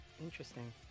Interesting